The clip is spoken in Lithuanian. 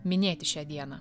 minėti šią dieną